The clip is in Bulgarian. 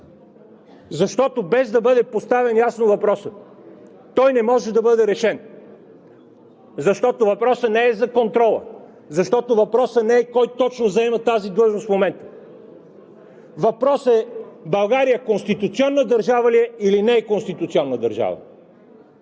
Без да бъде поставен ясно въпросът, той не може да бъде решен, защото въпросът не е за контрола, защото въпросът не е: кой точно заема тази длъжност в момента. Въпросът е: България конституционна държава ли е, или не е конституционна държава?